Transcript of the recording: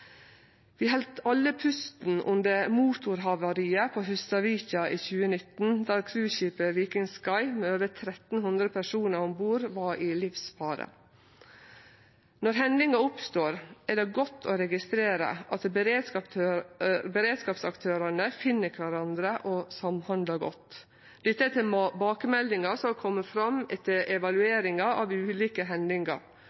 Vi heldt alle pusten under motorhavariet til cruiseskipet Viking Sky på Hustadvika i 2019, då over 1 300 personar om bord var i livsfare. Når hendingar oppstår, er det godt å registrere at beredskapsaktørane finn kvarandre og samhandlar godt. Dette er tilbakemeldingar som er komne fram etter